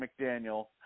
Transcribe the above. McDaniel